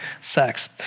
sex